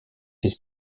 ses